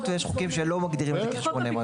ויש חוקים שלא מגדירים את זה כחשבון נאמן.